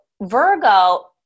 Virgo